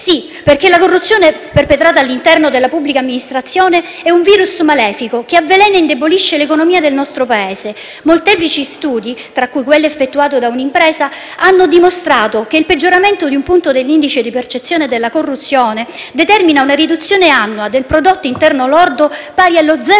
Sì, perché la corruzione perpetrata all'interno della pubblica amministrazione è un virus malefico che avvelena e indebolisce l'economia del nostro Paese. Molteplici studi, tra cui quello effettuato da Unimpresa, hanno dimostrato che il peggioramento di un punto dell'indice di percezione della corruzione determina una riduzione annua del prodotto interno lordo pari allo 0,39